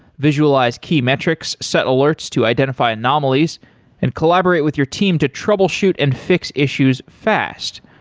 visualize key metrics, set alerts to identify anomalies and collaborate with your team to troubleshoot and fix issues fast.